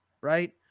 right